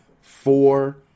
four